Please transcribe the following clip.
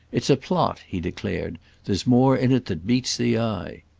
it's a plot, he declared there's more in it than meets the eye.